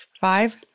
Five